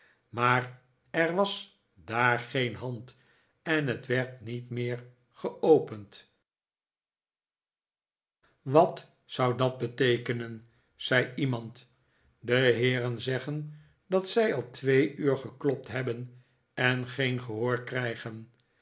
maar er was daar geen hand en het werd niet meer geopend wat zou dat beteekenen zei iemand de heeren zeggen dat zij al twee uur geklopt hebben en geen gehoor krijgen